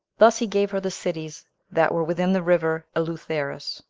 thus he gave her the cities that were within the river eleutherus,